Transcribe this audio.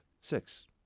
six